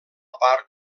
part